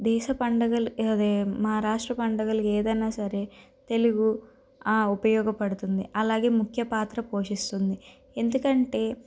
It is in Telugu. దేశ పండుగలు అదే మా రాష్ట్ర పండుగలవి ఏదైనా సరే తెలుగు ఆ ఉపయోగపడుతుంది అలాగే ముఖ్య పాత్ర పోషిస్తుంది ఎందుకంటే